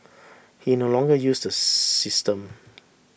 he no longer uses the system